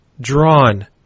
drawn